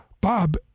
Bob